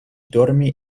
dormi